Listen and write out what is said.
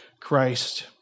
Christ